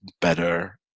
better